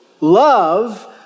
Love